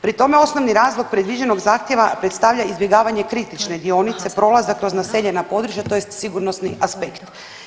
Pri tome osnovi razlog predviđenog zahtjeva predstavlja izbjegavanje kritične dionice prolaza kroz naseljena područja tj. sigurnosni aspekt.